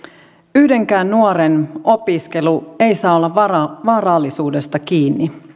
yhdenkään nuoren opiskelu ei saa olla varallisuudesta kiinni